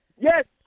Yes